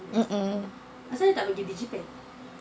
mm mm